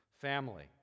family